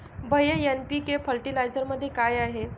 भैय्या एन.पी.के फर्टिलायझरमध्ये काय आहे?